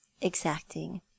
exacting